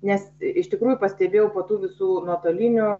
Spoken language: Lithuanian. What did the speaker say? nes iš tikrųjų pastebėjau po tų visų nuotolinių